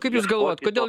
kaip jūs galvojat kodėl